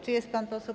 Czy jest pan poseł?